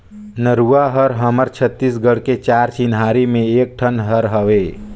नरूवा हर हमर छत्तीसगढ़ के चार चिन्हारी में एक ठन हर हवे